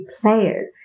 players